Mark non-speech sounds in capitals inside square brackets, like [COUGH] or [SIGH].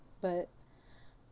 but [BREATH]